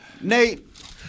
Nate